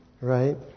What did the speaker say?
Right